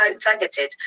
targeted